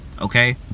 okay